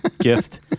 gift